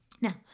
Now